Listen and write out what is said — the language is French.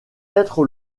être